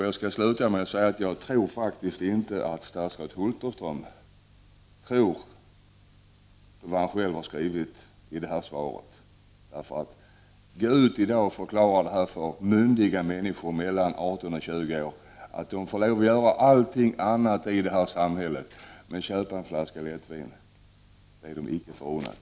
Jag skall till slut säga att jag faktiskt inte tror att statsrådet Hulterström själv tror på det han själv har skrivit i svaret. Gå ut och förklara för myndiga människor mellan 18 och 20 år att de får lov att göra allting annat i samhället, men köpa en flaska lättvin är dem inte förunnat!